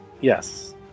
Yes